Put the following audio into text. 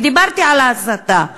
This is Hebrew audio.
ודיברתי על ההסתה,